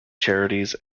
charities